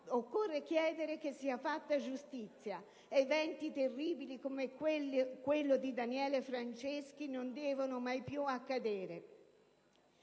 Occorre chiedere che sia fatta giustizia: eventi terribili come quello di Daniele Franceschi non devono mai più accadere.